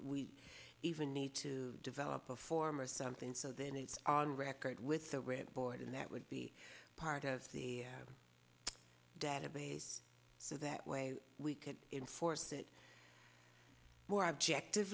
we even need to develop a form or something so then it's on record with the rent boy then that would be part of the database so that way we can enforce it more objective